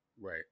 Right